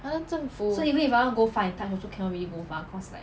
!huh! 那政府